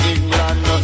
England